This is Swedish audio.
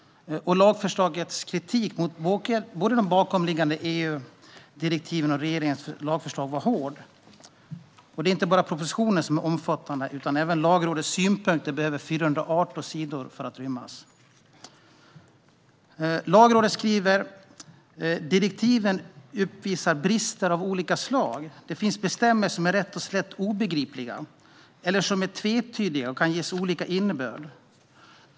Lagrådets kritik mot både de bakomliggande EU-direktiven och regeringens lagförslag var hård. Det är inte bara propositionen som är omfattande utan även Lagrådets synpunkter, som behövde 418 sidor för att rymmas. Lagrådet skriver: "Direktiven uppvisar brister av olika slag. Det finns bestämmelser som är rätt och slätt obegripliga eller som är tvetydiga och kan ges olika innebörd.